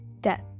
death